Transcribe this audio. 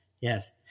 yes